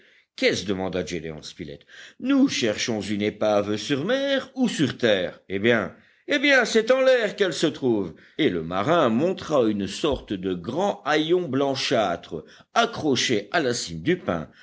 qu'est-ce demanda gédéon spilett nous cherchons une épave sur mer ou sur terre eh bien eh bien c'est en l'air qu'elle se trouve et le marin montra une sorte de grand haillon blanchâtre accroché à la cime du pin